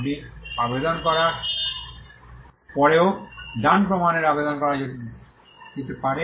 আপনি আবেদন করার পরেও ডান প্রমানের আবেদন করা যেতে পারে